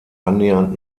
annähernd